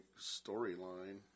storyline